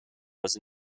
was